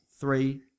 three